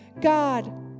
God